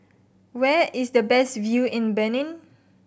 where is the best view in Benin